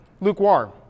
lukewarm